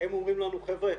הם אומרים לנו: חבר'ה,